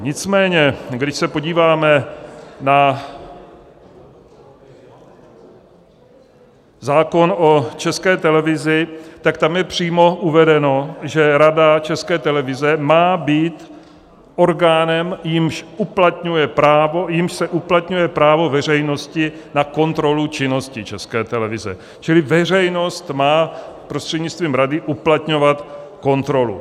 Nicméně když se podíváme na zákon o České televizi, tak tam je přímo uvedeno, že Rada České televize má být orgánem, jímž se uplatňuje právo veřejnosti na kontrolu činnosti České televize, čili veřejnost má prostřednictvím rady uplatňovat kontrolu.